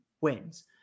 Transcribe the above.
wins